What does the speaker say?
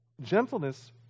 Gentleness